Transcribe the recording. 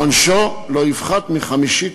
עונשו לא יפחת מחמישית